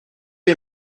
les